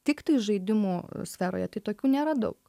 tiktai žaidimų sferoje tai tokių nėra daug